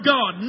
God